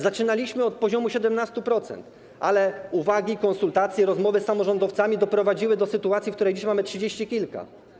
Zaczynaliśmy od poziomu 17%, ale uwagi, konsultacje, rozmowy z samorządowcami doprowadziły do sytuacji, w której dziś mamy trzydzieści kilka.